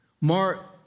Mark